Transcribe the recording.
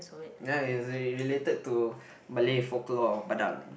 ya is related to Malay folklore Badang